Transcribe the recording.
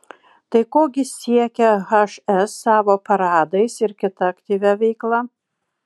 tai ko gi siekia hs savo paradais ir kita aktyvia veikla